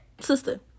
sister